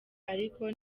ariko